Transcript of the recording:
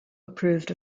approved